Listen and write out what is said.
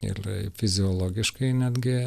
ir fiziologiškai netgi